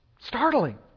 Startling